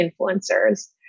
influencers